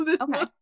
okay